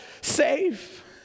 safe